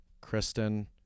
Kristen